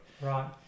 right